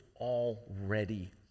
already